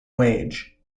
wage